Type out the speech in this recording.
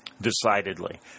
decidedly